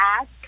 ask